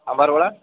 sambar vada